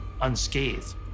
unscathed